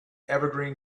evergreen